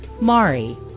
Mari